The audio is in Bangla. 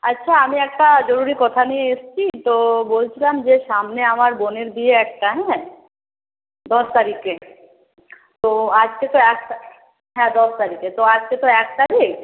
আচ্ছা আমি একটা জরুরী কথা নিয়ে এসছি তো বলছিলাম যে সামনে আমার বোনের বিয়ে একটা হ্যাঁ দশ তারিখে তো আজকে তো এক হ্যাঁ দশ তারিখে তো আজকে তো এক তারিখ